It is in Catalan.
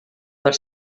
per